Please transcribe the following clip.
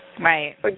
Right